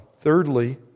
Thirdly